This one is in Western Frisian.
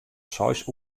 seis